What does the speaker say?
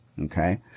okay